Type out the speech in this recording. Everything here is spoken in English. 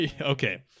okay